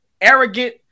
arrogant